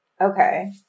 Okay